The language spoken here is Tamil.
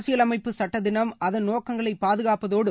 அரசியலமைப்பு சுட்டதினம் அதன் நோக்கங்களை பாதுகாப்பதோடு